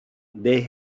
they